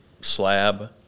slab